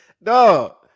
No